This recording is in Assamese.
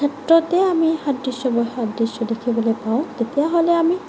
ক্ষেত্ৰতেই আমি সাদৃশ্য বৈসাদৃশ্য দেখিবলৈ পাওঁ তেতিয়াহ'লে আমি